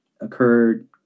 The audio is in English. occurred